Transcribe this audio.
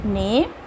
name